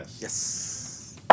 Yes